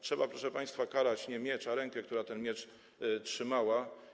Trzeba, proszę państwa, karać nie miecz, a rękę, która ten miecz trzymała.